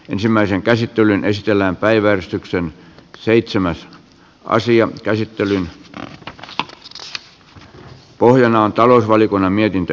ensimmäisen käsittelyn estellään päiväystyksen seitsemäs asian käsittelyn pohjana on talousvaliokunnan mietintö